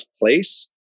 place